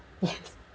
yes